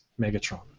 Megatron